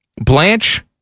Blanche